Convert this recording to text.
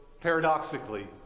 paradoxically